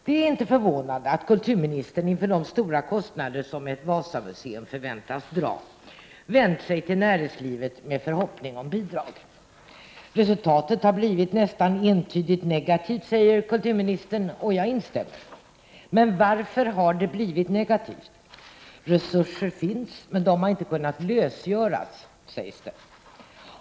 Det är inte förvånande att kulturministern inför de stora kostnader som ett Wasamuseum förväntas dra vänt sig till näringslivet med förhoppning om bidrag. Resultatet har blivit nästan entydigt negativt, säger kulturministern, och jag instämmer. Men varför har det blivit negativt? Resurser finns, men de har inte kunnat lösgöras, sägs det.